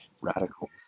radicals